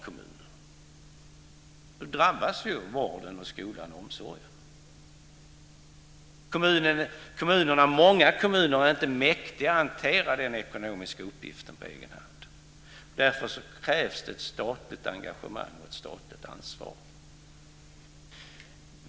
Då drabbas ju vården, skolan och omsorgen. Många kommuner är inte mäktiga att hantera den ekonomiska uppgiften på egen hand. Därför krävs det ett statligt engagemang och ett statligt ansvar.